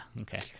Okay